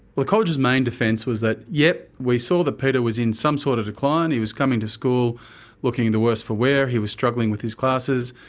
the college's main defence was that, yes, we saw that peter was in some sort of decline, he was coming to school looking the worse for wear, he was struggling with his classes,